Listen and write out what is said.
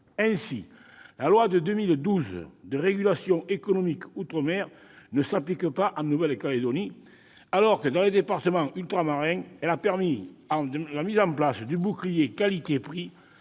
Ainsi, la loi de 2012 relative à la régulation économique outre-mer ne s'applique pas en Nouvelle-Calédonie, alors que, dans les départements ultramarins, elle a permis la mise en oeuvre du « bouclier qualité-prix